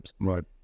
Right